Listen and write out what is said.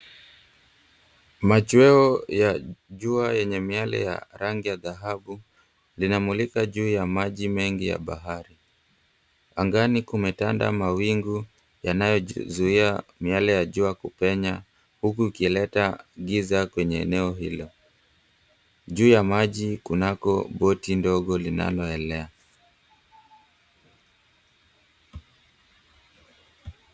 Machweo ya jua yenye miale ya rangi ya dhahabu, linamulika juu ya maji mengi ya bahari. Angani kumetanda mawingu yanayozuia miale ya jua kupenya, huku ukileta giza kwenye eneo hilo. Juu ya maji kunalo boti ndogo linaloelea.